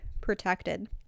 protected